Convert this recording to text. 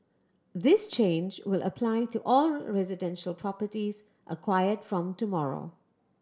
this change will apply to all residential properties acquired from tomorrow